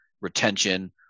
retention